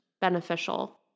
beneficial